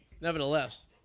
nevertheless